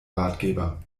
ratgeber